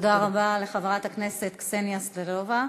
תודה רבה לחברת הכנסת קסניה סבטלובה.